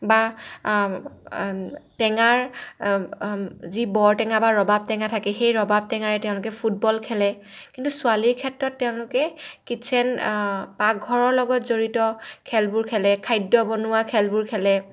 বা টেঙাৰ যি বৰ টেঙা বা ৰবাব টেঙা থাকে সেই ৰবাব টেঙাৰে তেওঁলোকে ফুটবল খেলে কিন্তু ছোৱালীৰ ক্ষেত্ৰত তেওঁলোকে কিটচ্ছেন পাকঘৰৰ লগত জড়িত খেলবোৰ খেলে খাদ্য বনোৱা খেলবোৰ খেলে